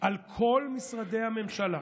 על כל משרדי הממשלה